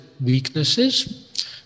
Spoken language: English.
weaknesses